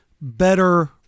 better